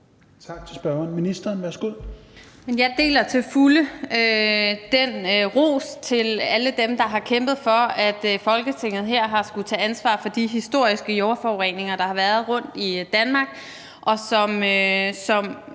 Miljøministeren (Lea Wermelin): Jeg deler til fulde den ros til alle dem, der har kæmpet for, at Folketinget her har skullet tage ansvar for de historiske jordforureninger, der har været rundt i Danmark, hvilket